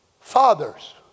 fathers